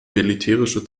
militärische